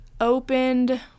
opened